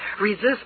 resist